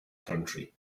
country